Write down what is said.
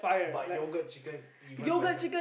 but yogurt chicken is even better